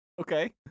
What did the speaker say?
Okay